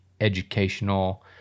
educational